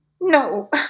No